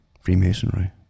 Freemasonry